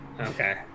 Okay